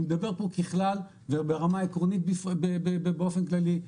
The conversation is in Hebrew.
אני מדבר פה ככלל וברמה עקרונית באופן כללי,